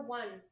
one